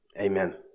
amen